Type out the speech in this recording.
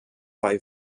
bei